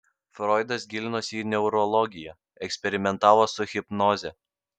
froidas gilinosi į neurologiją eksperimentavo su hipnoze